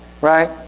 Right